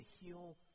heal